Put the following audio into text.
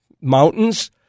Mountains